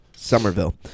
Somerville